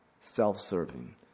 self-serving